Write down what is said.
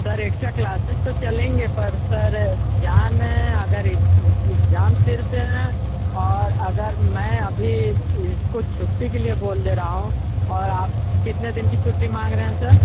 sir extra classes तो चलेंगे पर सर एग्जाम एग्जाम सिर पे है और अगर मैं अभी इसको छुट्टी के लिए बोल दे रहा हूँ और आप कितने दिन की छुट्टी माँग रहे हैं सर